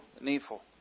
needful